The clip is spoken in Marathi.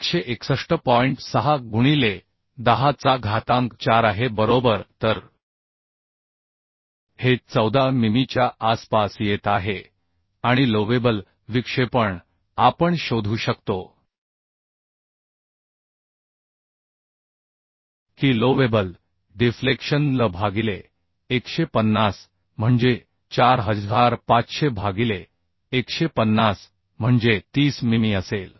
6 गुणिले 10 chaa घातांक 4 आहे बरोबर तर हे 14 मिमीच्या आसपास येत आहे आणि एलोवेबल विक्षेपण आपण शोधू शकतो की एलोवेबल डिफ्लेक्शन l भागिले 150 म्हणजे 4500 भागिले 150 म्हणजे 30 मिमी असेल